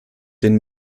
den